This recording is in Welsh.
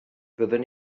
fyddwn